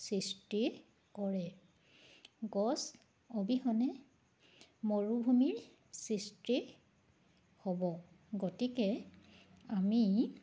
সৃষ্টি কৰে গছ অবিহনে মৰুভূমিৰ সৃষ্টি হ'ব গতিকে আমি